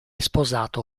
sposato